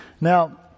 Now